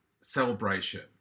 celebration